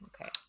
okay